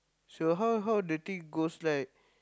so how how the thing goes like